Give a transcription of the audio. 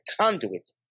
conduit